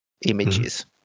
Images